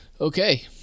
Okay